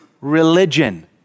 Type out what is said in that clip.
religion